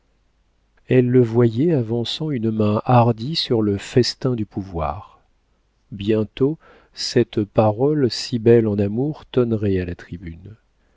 elle le voyait avançant une main hardie sur le festin du pouvoir bientôt cette parole si belle en amour tonnerait à la tribune